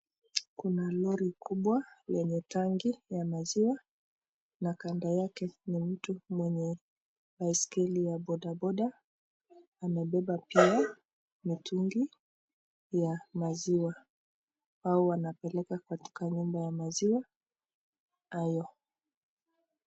Kuna lori kubwa lenye tangi ya maziwa na kando yake ni mtu mwenye baiskeli ya bodaboda amebeba pia mtungi ya maziwa ambao wanapekeka katika nyumba ya maziwa .